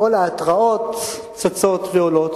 כל ההתראות צצות ועולות.